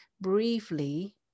briefly